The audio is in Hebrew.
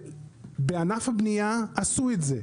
-- בענף הבניה עשו את זה,